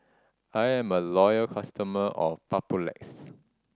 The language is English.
I am a loyal customer of Papulex